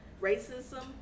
racism